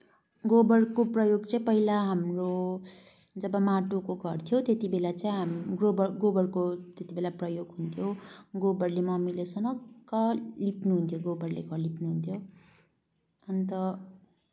गोबरको प्रयोग चाहिँ पहिला हाम्रो जब माटोको घर थियो त्यतिबेला चाहिँ गोबरको त्यतिबेला प्रयोग हुन्थ्यो गोबरले मम्मीले सनक्क लिप्नुहुन्थ्यो गोबरले घर लिप्नुहुन्थ्यो अन्त